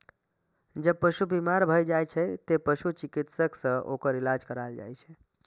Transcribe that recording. जब पशु बीमार भए जाइ छै, तें पशु चिकित्सक सं ओकर इलाज कराएल जाइ छै